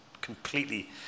completely